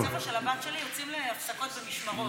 בבית הספר של הבת שלי יוצאים להפסקות במשמרות,